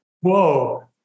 Whoa